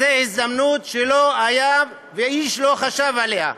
זאת הזדמנות שלא הייתה, ואיש לא חשב עליה.